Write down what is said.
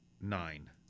Nine